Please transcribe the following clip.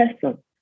person